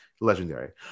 Legendary